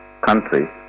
country